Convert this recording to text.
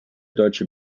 deutsche